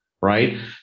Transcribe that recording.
right